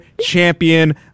champion